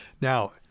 now